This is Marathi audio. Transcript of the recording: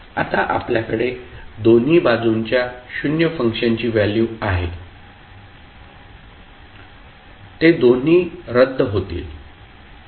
आता आपल्याकडे दोन्ही बाजूंच्या शून्य फंक्शनची व्हॅल्यू आहे ते दोन्ही रद्द होतील